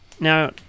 now